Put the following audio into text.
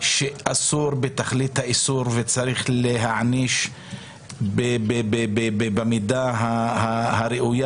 שאסור בתכלית האיסור וצריך להעניש במידה הראויה